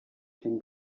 can